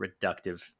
reductive